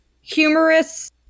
humorous